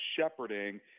shepherding